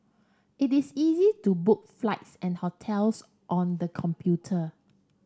it is easy to book flights and hotels on the computer